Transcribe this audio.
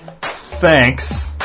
thanks